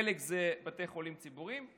חלק זה בתי חולים ציבוריים,